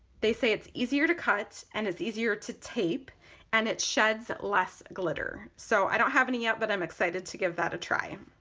they say it's easier to cut and is easier to tape and it sheds less glitter. so i don't have any yet but i'm excited to give that a try.